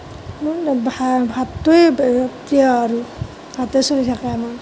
মই ভা ভাতটোৱেই প্ৰিয় আৰু ভাতেই চলি থাকে আমাৰ